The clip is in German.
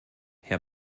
herr